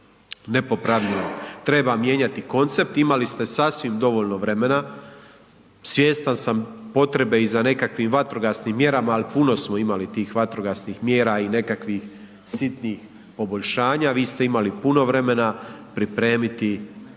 nepopravljivog. Treba mijenjati koncept, imali ste sasvim dovoljno vremena, svjestan sam potrebe i za nekakvim vatrogasnim mjerama, ali puno smo imali tih vatrogasnih mjera i nekakvih sitnih poboljšanja. Vi ste imali puno vremena pripremiti korjenite